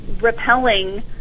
repelling